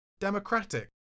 Democratic